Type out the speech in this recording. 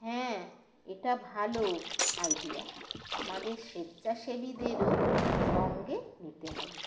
হ্যাঁ এটা ভালো আইডিয়া আমাদের স্বেচ্ছাসেবীদেরও সঙ্গে নিতে হবে